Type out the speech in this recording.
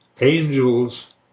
angels